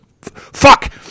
Fuck